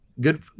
Good